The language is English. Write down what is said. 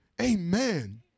Amen